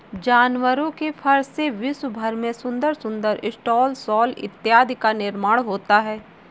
जानवरों के फर से विश्व भर में सुंदर सुंदर स्टॉल शॉल इत्यादि का निर्माण होता है